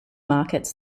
markets